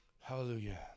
Hallelujah